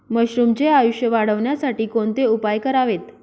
मशरुमचे आयुष्य वाढवण्यासाठी कोणते उपाय करावेत?